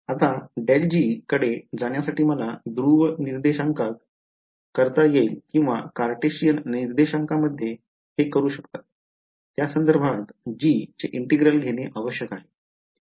आता ∇g कडे जाण्यासाठी मला ध्रुव निर्देशांकात करता येईल किंवा कार्टेशियन निर्देशांकामध्ये हे करू शकता त्या संदर्भात g चे इंटिग्रल घेणे आवश्यक आहे